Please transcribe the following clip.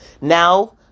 Now